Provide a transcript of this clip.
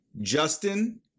Justin